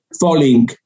falling